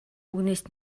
үгнээс